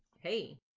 hey